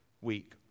week